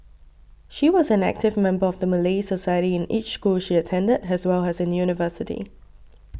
she was an active member of the Malay Society in each school she attended as well as in university